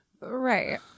right